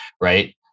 Right